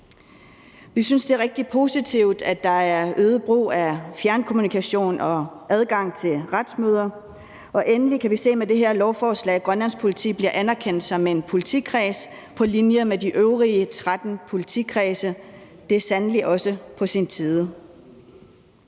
Vi synes, det er rigtig positivt, at der er øget brug af fjernkommunikation og adgang til retsmøder, og endelig kan vi se med det her lovforslag, at Grønlands Politi bliver anerkendt som en politikreds på linje med de øvrige 13 politikredse. Det er sandelig også på tide.